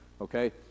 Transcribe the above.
Okay